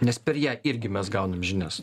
nes per ją irgi mes gaunam žinias